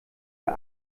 der